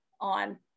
on